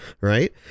right